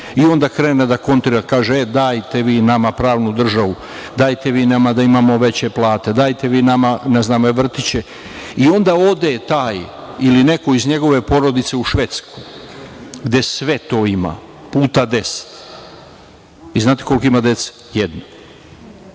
i onda krene da kontrira, kaže – dajte vi nama pravnu državu, dajte vi nama da imamo veće plate, dajte vi nama vrtiće. I onda ode taj ili neko iz njegove porodice u Švedsku, gde sve to ima, puta deset, i znate li koliko ima dece? Jedno. Mi